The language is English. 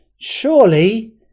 Surely